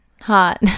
hot